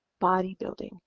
bodybuilding